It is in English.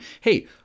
Hey